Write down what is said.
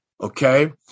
Okay